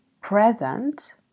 present